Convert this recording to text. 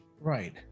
Right